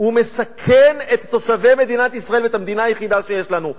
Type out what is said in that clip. הוא מסכן את תושבי מדינת ישראל ואת המדינה היחידה שיש לנו.